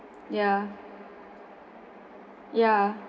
ya ya